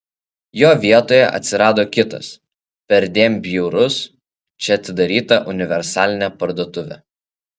jo vietoje atsirado kitas perdėm bjaurus čia atidaryta universalinė parduotuvė